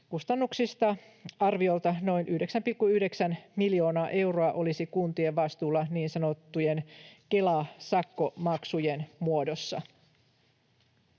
Kustannuksista arviolta noin 9,9 miljoonaa euroa olisi kuntien vastuulla niin sanottujen Kela-sakkomaksujen muodossa.